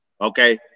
okay